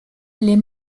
les